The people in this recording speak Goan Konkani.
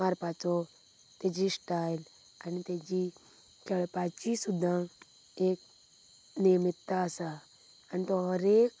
मारपाचो तेजी स्टायल आनी तेजी खेळपाची सुद्दां एक नियमित्ता आसा आनी तो हर एक